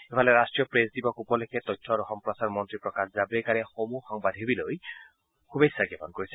ইফালে ৰাট্টীয় প্ৰেছ দিৱস উপলক্ষে তথ্য আৰু সম্প্ৰচাৰ মন্ত্ৰী প্ৰকাশ জাভাড়েকাৰে সমূহ সংবাদসেৱীলৈ শুভেচ্ছা জ্ঞাপন কৰিছে